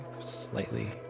slightly